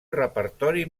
repertori